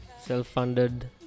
self-funded